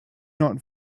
not